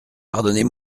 pardonnez